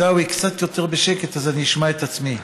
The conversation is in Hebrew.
עיסאווי, קצת יותר בשקט אז אני אשמע את עצמי.